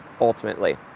ultimately